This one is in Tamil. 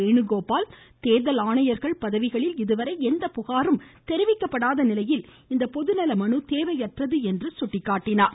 வேணுகோபால் தேர்தல் ஆணையர்கள் பதவிகளில் இதுவரை எந்த புகாரும் தெரிவிக்கப்படாத நிலையில் இந்த பொதுநல மனு தேவையற்றது என்று குறிப்பிட்டார்